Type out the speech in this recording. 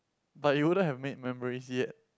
but you wouldn't have made memories yet